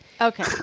Okay